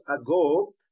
ago